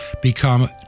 become